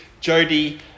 Jody